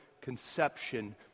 conception